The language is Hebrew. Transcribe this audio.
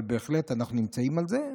אבל בהחלט אנחנו נמצאים על זה,